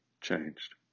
changed